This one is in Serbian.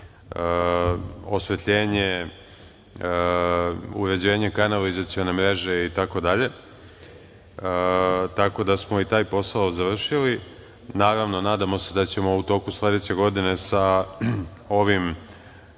osvetljenje, uređenje kanalizacione mreže itd. Taj posao smo završili. Naravno, nadamo se da ćemo u toku sledeće godine sa ovim